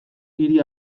hiri